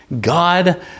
God